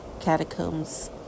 Catacombs